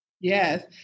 Yes